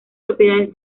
propiedades